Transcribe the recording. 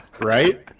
right